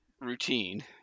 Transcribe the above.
routine